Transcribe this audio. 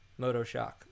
Motoshock